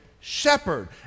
shepherd